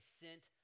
sent